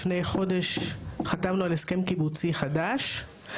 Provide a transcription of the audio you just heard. לפני חודש חתמנו על הסכם קיבוצי חדש.